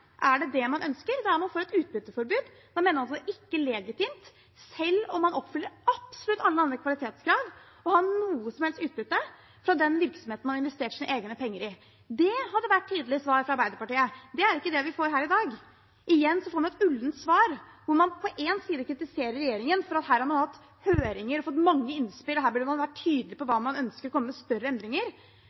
Er det det man ønsker, da er man for et utbytteforbud. Da mener man at man ikke legitimt, selv om man oppfyller absolutt alle andre kvalitetskrav, kan ta noe som helst utbytte fra den virksomheten man investerer sine egne penger i. Det hadde vært et tydelig svar fra Arbeiderpartiet. Det er ikke det vi får her i dag. Igjen får vi et ullent svar hvor man på den ene siden kritiserer regjeringen for at man har hatt høringer og fått mange innspill og burde vært tydelig på hva man ønsker og kommet med større endringer,